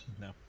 No